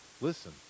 Listen